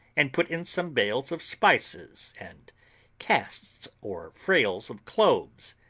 and put in some bales of spices and casks or frails of cloves,